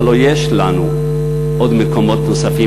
הלוא יש לנו מקומות נוספים.